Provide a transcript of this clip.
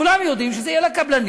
כולם יודעים שזה יהיה לקבלנים.